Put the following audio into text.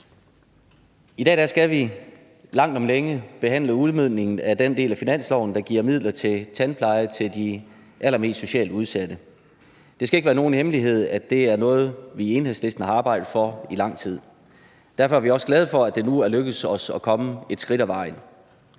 I dag skal vi langt om længe behandle udmøntningen af den del af finansloven, der giver midler til tandpleje til de allermest socialt udsatte. Det skal ikke være nogen hemmelighed, at det er noget, vi i Enhedslisten har arbejdet for i lang tid. Derfor er vi også glade for, at det nu er lykkedes os at komme et skridt ad vejen.